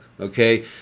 Okay